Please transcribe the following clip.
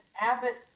Abbott